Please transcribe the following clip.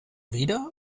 wieder